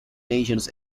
nations